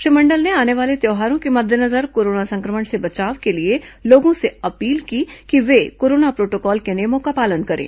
श्री मण्डल ने आने वाले त्यौहारों के मद्देनजर कोरोना संक्रमण से बचाव के लिए लोगों से अपील की कि वे कोरोना प्रोटोकॉल के नियमों का पालन करें